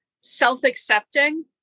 self-accepting